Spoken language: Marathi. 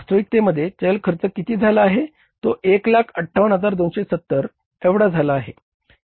वास्तविकतेमध्ये चल खर्च किती झाला आहे तो 158270 एवढा झाला आहे